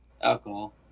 Alcohol